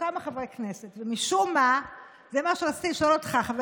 סיעה באופוזיציה עם שמונה מנדטים, כחול לבן.